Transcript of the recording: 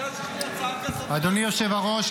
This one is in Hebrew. אדוני היושב-ראש,